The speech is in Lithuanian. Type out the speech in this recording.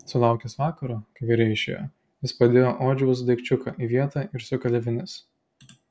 sulaukęs vakaro kai virėja išėjo jis padėjo odžiaus daikčiuką į vietą ir sukalė vinis